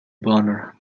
boner